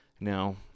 Now